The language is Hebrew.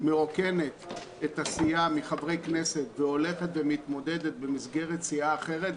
מרוקנת את הסיעה מחברי כנסת והולכת ומתמודדת במסגרת סיעה אחרת,